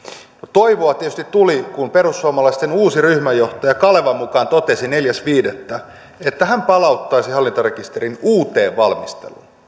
toivoa tietysti tuli kun perussuomalaisten uusi ryhmänjohtaja kalevan mukaan totesi neljäs viidettä että hän palauttaisi hallintarekisterin uuteen valmisteluun